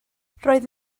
roedd